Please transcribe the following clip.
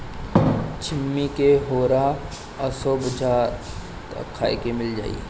छिम्मी के होरहा असो बुझाता खाए के मिल जाई